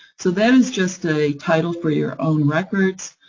so that is just a title for your own records,